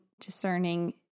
discerning